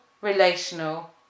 relational